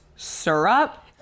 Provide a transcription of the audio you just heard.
syrup